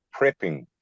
prepping